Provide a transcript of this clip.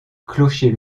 clocher